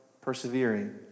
persevering